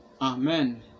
Amen